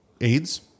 AIDS